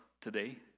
today